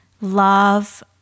love